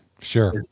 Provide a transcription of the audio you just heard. Sure